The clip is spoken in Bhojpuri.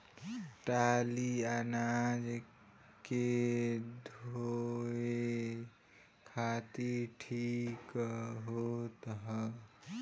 टाली अनाज के धोए खातिर ठीक होत ह